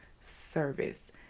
service